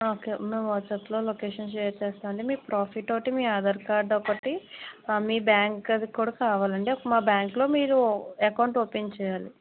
okay మీ వాట్సాప్లో location share చేస్తాండి మీ ప్రాఫిట్ ఒకటి మీ ఆధార్ కార్డ్ ఒకటి మీ బ్యాంక్ది కూడా కావాలండి మా బ్యాంక్లో మీరు అకౌంట్ ఓపెన్ చేయాలి